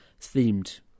themed